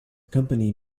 company